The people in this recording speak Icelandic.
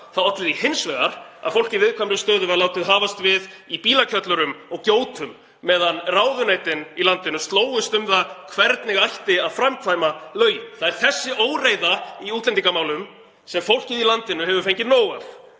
Það olli því hins vegar að fólk í viðkvæmri stöðu var látið hafast við í bílakjöllurum og gjótum meðan ráðuneytin í landinu slógust um það hvernig ætti að framkvæma lögin. Það er þessi óreiða í útlendingamálum sem fólkið í landinu hefur fengið nóg af.